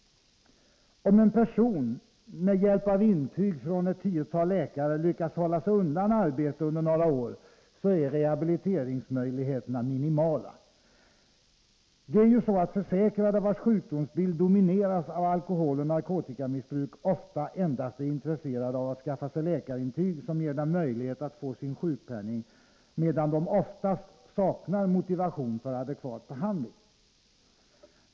Om en person med hjälp av intyg från ett tiotal läkare lyckas hålla sig undan arbete under några år, är rehabiliteringsmöjligheterna minimala. Försäkrade, vars sjukdomsbild domineras av alkoholeller narkotikamissbruk, är ofta endast intresserade av att skaffa sig läkarintyg som ger dem möjlighet att få sin sjukpenning, medan de oftast saknar motivation för adekvat behandling.